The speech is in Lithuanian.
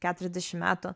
keturiasdešim metų